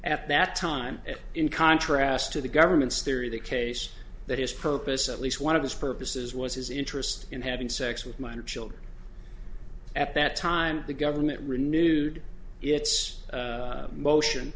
at that time in contrast to the government's theory the case that his purpose at least one of his purposes was his interest in having sex with minor children at that time the government renewed its motion